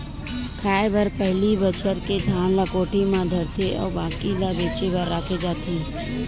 खाए बर पहिली बछार के धान ल कोठी म धरथे अउ बाकी ल बेचे बर राखे जाथे